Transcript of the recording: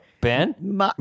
Ben